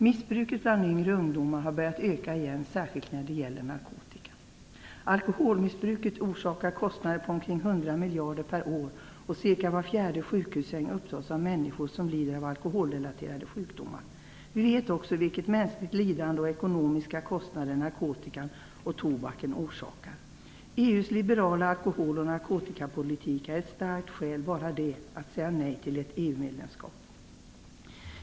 Missbruket bland yngre ungdomar har börjat öka igen, särskilt när det gäller narkotika. Alkoholmissbruket orsakar kostnader på omkring 100 miljarder per år. Ca var fjärde sjukhussäng upptas av människor som lider av alkoholrelaterade sjukdomar. Vi vet också vilket mänskligt lidande och vilka kostnader narkotikan och tobaken orsakar. EU:s liberala alkohol och narkotikapolitik är bara det ett starkt skäl till att säga nej till ett EU-medlemskap.